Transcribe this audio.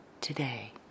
today